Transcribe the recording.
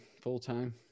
full-time